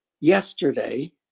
Yesterday